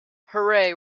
hooray